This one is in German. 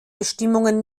bestimmungen